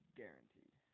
guaranteed